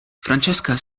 francesca